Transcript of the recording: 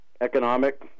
economic